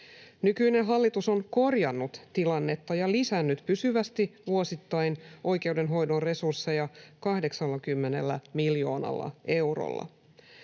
Nykyinen hallitus on korjannut tilannetta ja lisännyt pysyvästi vuosittain oikeudenhoidon resursseja 80 miljoonalla eurolla.